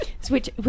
switch